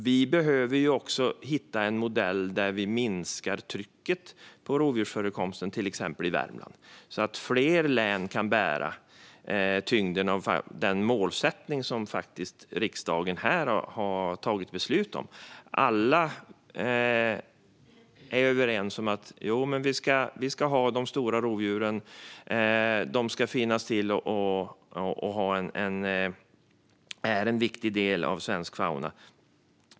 Vi behöver hitta en modell där vi minskar trycket från rovdjursförekomsten, till exempel i Värmland, så att fler län kan bära tyngden av den målsättning som riksdagen har tagit beslut om. Alla är överens om att vi ska ha de stora rovdjuren, att de ska finnas till och att de är en viktig del av svensk fauna.